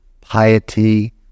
piety